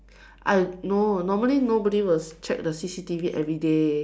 I no normally nobody will check the C_C_T_V everyday